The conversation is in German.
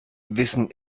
wissen